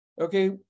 Okay